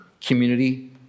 community